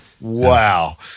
Wow